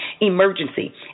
emergency